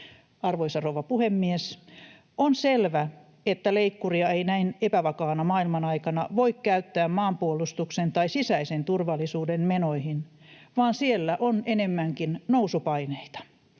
Arvoisa rouva puhemies! On selvää, että leikkuria ei näin epävakaana maailmanaikana voi käyttää maanpuolustuksen tai sisäisen turvallisuuden menoihin, vaan siellä on enemmänkin nousupaineita.